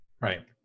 right